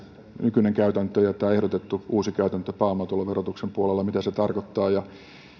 nykyinen käytäntö ja mitä ehdotettu uusi käytäntö pääomatuloverotuksen puolella tarkoittaa